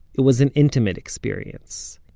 it was an intimate experience.